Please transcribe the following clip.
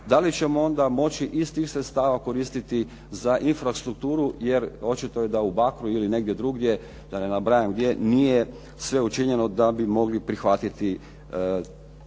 da li ćemo onda moći iz tih sredstava koristiti za infrastrukturu. Jer očito je da u Bakru ili negdje drugdje da ne nabrajam gdje nije sve učinjeno da bi mogli prihvatiti toliki